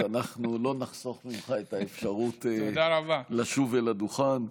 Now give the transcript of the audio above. אז אנחנו לא נחסוך ממך את האפשרות לשוב אל הדוכן.